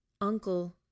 Uncle